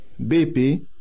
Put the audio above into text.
BP